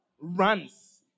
runs